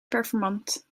performant